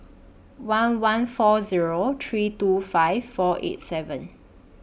one one four Zero three two five four eight seven